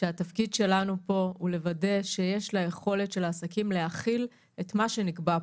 שהתפקיד שלנו פה הוא לוודא שיש ליכולת של העסקים להכיל את מה שנקבע פה.